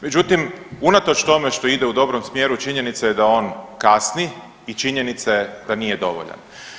Međutim unatoč tome što ide u dobrom smjeru činjenica je da on kasni i činjenica je da nije dovoljan.